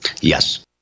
Yes